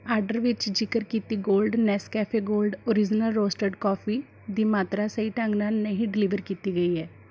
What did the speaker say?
order ਵਿੱਚ ਜਿਕਰ ਕੀਤੀ gold Nescafe gold original roasted coffee ਦੀ ਮਾਤਰਾ ਸਹੀ ਢੰਗ ਨਾਲ ਨਹੀਂ ਡਿਲੀਵਰ ਕੀਤੀ ਗਈ ਹੈ